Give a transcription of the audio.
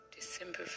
December